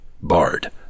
Bard